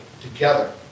together